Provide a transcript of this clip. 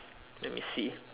let me see